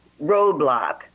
roadblock